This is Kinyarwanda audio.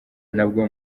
nabwo